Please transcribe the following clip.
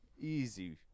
easy